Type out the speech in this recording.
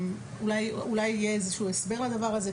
אולי יהיה איזה שהוא הסבר ללמה תשעה חודשים,